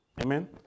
Amen